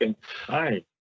Hi